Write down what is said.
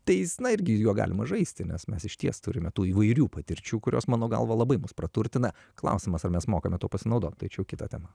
tai jis na irgi juo galima žaisti nes mes išties turime tų įvairių patirčių kurios mano galva labai mus praturtina klausimas ar mes mokame tuo pasinaudot tai čia jau kita tema